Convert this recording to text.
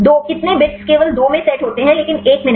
2 कितने बिट्स केवल 2 में सेट होते हैं लेकिन 1 में नहीं